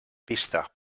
pista